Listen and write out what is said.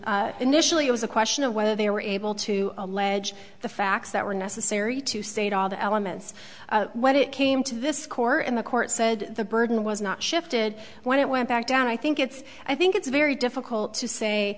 initially it was a question of whether they were able to allege the facts that were necessary to say it all the elements what it came to this court and the court said the burden was not shifted when it went back down i think it's i think it's very difficult to say